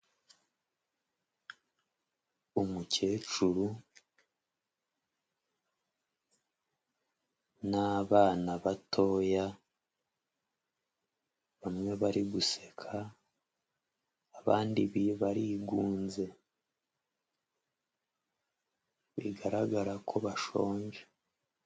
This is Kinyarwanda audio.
Umukecuru n'abana batoya, bamwe bari guseka, abandi barigunze, bigaragara ko bashonje.